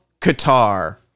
Qatar